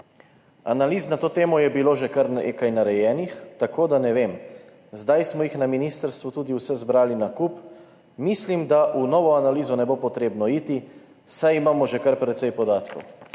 »Analiz na to temo je bilo že kar nekaj narejenih, tako da ne vem. Zdaj smo jih na ministrstvu tudi vse zbrali na kup. Mislim, da v novo analizo ne bo potrebno iti, saj imamo že kar precej podatkov.«